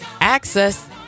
Access